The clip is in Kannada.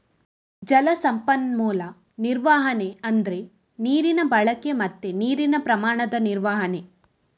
ಜಲ ಸಂಪನ್ಮೂಲ ನಿರ್ವಹಣೆ ಅಂದ್ರೆ ನೀರಿನ ಬಳಕೆ ಮತ್ತೆ ನೀರಿನ ಪ್ರಮಾಣದ ನಿರ್ವಹಣೆ